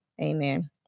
Amen